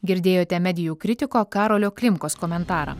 girdėjote medijų kritiko karolio klimkos komentarą